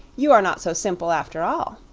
you are not so simple after all!